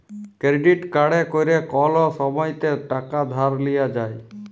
credit কাড়ে ক্যরে কল সময়তে টাকা ধার লিয়া যায়